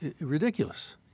ridiculous